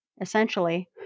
essentially